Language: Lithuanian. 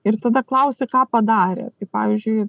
ir tada klausi ką padarė pavyzdžiui